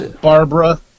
Barbara